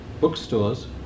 bookstores